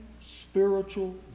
spiritual